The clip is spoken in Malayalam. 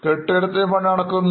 കെട്ടിടത്തിന്പണി നടക്കുന്നു